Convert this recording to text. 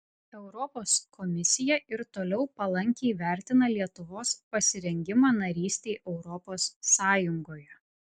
europos komisija ir toliau palankiai vertina lietuvos pasirengimą narystei europos sąjungoje